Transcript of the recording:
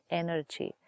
energy